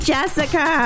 Jessica